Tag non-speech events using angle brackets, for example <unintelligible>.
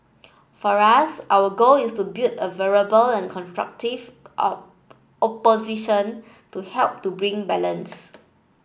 for us our goal is to build a viable and constructive <unintelligible> opposition to help to bring balance